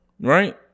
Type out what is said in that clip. right